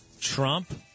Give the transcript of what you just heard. Trump